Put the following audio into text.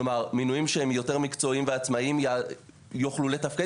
כלומר מינויים שהם יותר מקצועיים ועצמאיים יוכלו לתפקד